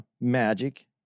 magic